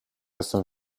jestem